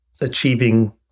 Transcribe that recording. achieving